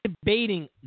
debating